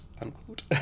unquote